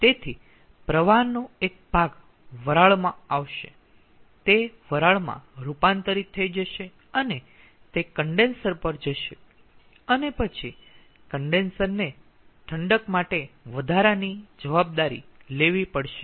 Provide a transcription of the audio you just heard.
તેથી પ્રવાહનો એક ભાગ વરાળમાં આવશે તે વરાળમાં રૂપાંતરિત થઈ જશે અને તે કન્ડેન્સર પર જશે અને પછી કન્ડેન્સર ને ઠંડક માટે વધારાની જવાબદારી લેવી પડશે